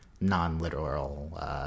non-literal